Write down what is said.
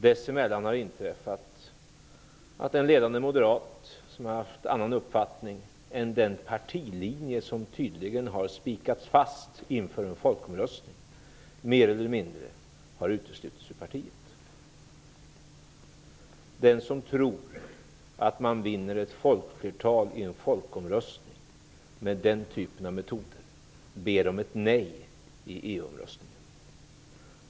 Dessemellan har inträffat att en ledande moderat som har haft annan uppfattning än den partilinje som tydligen har spikats fast inför en folkomröstning mer eller mindre har uteslutits ur partiet. Den som tror att man vinner ett folkflertal i en folkomröstning med den typen av metoder ber om ett nej i Eu-omröstningen.